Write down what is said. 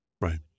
Right